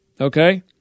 okay